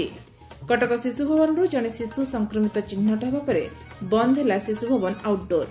କଟକ ଶିଶୁଭବନରୁ ଜଶେ ଶିଶୁ ସଂକ୍ରମିତ ଚିହ୍ଦୁଟ ହେବା ପରେ ବନ୍ଦ ହେଲା ଶିଶୁଭବନ ଆଉଟ୍ଡୋର